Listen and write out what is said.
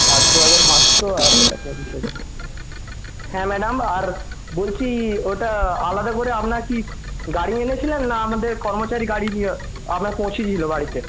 আঠেরো হাজার পাঁচশো আর ওটা পঁচিশ হাজার হ্যাঁ ম্যাডাম আর বলছি ওটা আলাদা করে আপনার কি গাড়ি এনেছিলেন না আমাদের কর্মচারী গাড়ি দিয়ে আপনার পৌঁছেছিল বাড়িতে